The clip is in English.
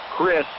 Chris